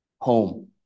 home